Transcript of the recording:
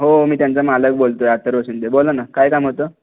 हो मी त्यांचा मालक बोलतो आहे अथर्व शिंदे बोला ना काय काम होतं